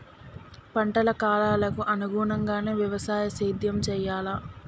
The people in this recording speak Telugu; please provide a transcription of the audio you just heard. పంటల కాలాలకు అనుగుణంగానే వ్యవసాయ సేద్యం చెయ్యాలా?